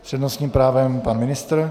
S přednostním právem pan ministr.